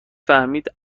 فهمید